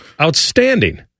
outstanding